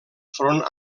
front